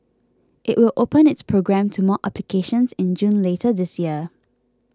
it will open its program to more applications in June later this year